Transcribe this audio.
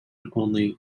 only